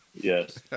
Yes